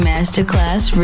Masterclass